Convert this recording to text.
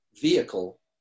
vehicle